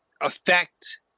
affect